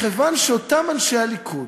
מכיוון שאותם חברי הליכוד,